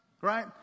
right